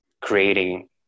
creating